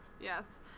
Yes